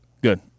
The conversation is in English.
Good